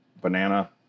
banana